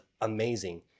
amazing